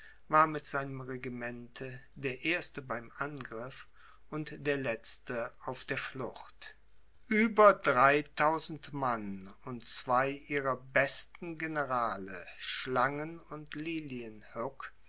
war mit seinem regimente der erste beim angriff und der letzte auf der flucht ueber dreitausend mann und zwei ihrer besten generale schlangen und